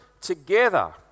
together